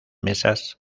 mesas